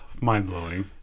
mind-blowing